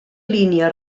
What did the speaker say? línia